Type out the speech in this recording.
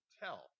tell